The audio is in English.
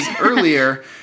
earlier